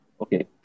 okay